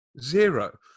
Zero